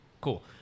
cool